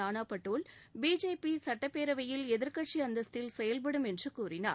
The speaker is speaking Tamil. நானா பட்டோல் பிஜேபி சட்டப்பேரவையில் எதிர்க்கட்சி அந்தஸ்த்தில் செயல்படும் என்று கூறினார்